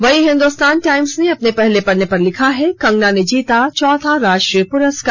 वहीं हिन्दुस्तान टाईम्स ने अपने पहले पन्ने पर लिखा है कंगना ने जीता चौथा राष्ट्रीय पुरस्कार